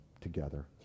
together